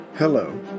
Hello